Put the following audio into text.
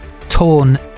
torn